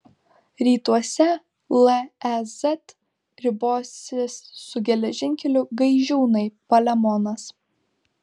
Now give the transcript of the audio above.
rytuose lez ribosis su geležinkeliu gaižiūnai palemonas